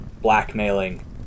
blackmailing